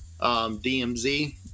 DMZ